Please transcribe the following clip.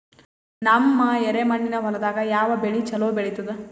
ನಮ್ಮ ಎರೆಮಣ್ಣಿನ ಹೊಲದಾಗ ಯಾವ ಬೆಳಿ ಚಲೋ ಬೆಳಿತದ?